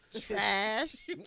Trash